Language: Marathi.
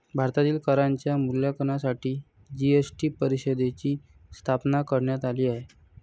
भारतातील करांच्या मूल्यांकनासाठी जी.एस.टी परिषदेची स्थापना करण्यात आली आहे